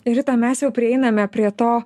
rita mes jau prieiname prie to